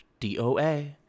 doa